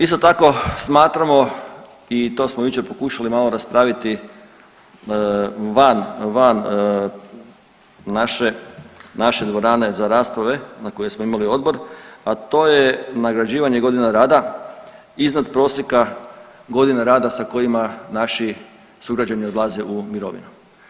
Isto tako smatramo i to smo jučer pokušali malo raspraviti van, van naše, naše dvorane za rasprave na kojoj smo imali odbor, a to je nagrađivanje godina rada iznad prosjeka godina rada sa kojima naši sugrađani odlaze u mirovinu.